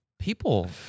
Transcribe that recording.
People